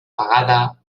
pagada